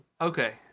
Okay